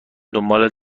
دنبال